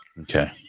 Okay